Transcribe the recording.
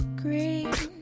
green